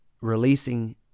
releasing